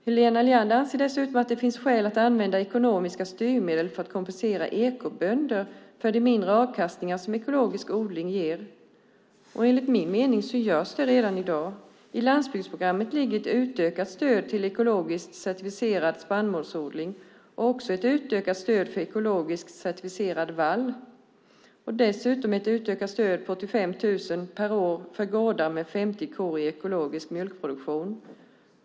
Helena Leander anser dessutom att det finns skäl att använda ekonomiska styrmedel för att kompensera ekobönder för de mindre avkastningar som ekologisk odling ger. Enligt min mening görs det redan i dag. I landsbygdsprogrammet ligger ett utökat stöd till ekologisk certifierad spannmålsodling och ett utökat stöd till ekologisk certifierad vall och dessutom ett ökat stöd på 85 000 kronor per år för gårdar med 50 kor i ekologisk mjölkproduktion.